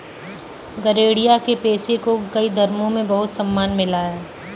गरेड़िया के पेशे को कई धर्मों में बहुत सम्मान मिला है